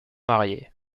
marié